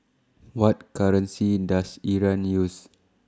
What currency Does Iran use